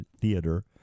Theater